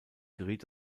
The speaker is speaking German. geriet